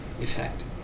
effect